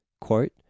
Quote